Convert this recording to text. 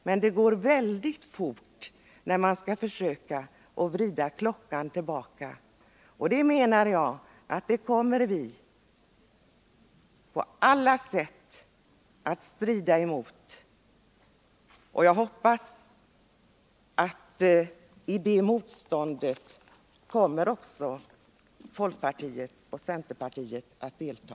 Men det har gått väldigt fort att nu bestämma sig för att försöka vrida klockan tillbaka. Det försöket kommer vi på alla sätt att strida emot, och jag hoppas att i det motståndet kommer också folkpartiet och centerpartiet att delta.